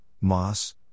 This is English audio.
Moss